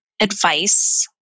advice